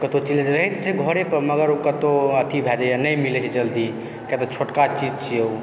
कतहुँ चीज रहैत छै घरे पर मगर ओ कतय अथि भऽ जाइए नहि मिलैत छै जल्दी किआ तऽ छोटका चीज छै ओ